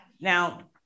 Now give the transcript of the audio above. Now